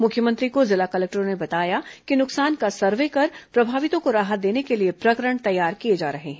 मुख्यमंत्री को जिला कलेक्टरों ने बताया कि नुकसान का सर्वे कर प्रभावितों को राहत देने के लिए प्रकरण तैयार किए जा रहे हैं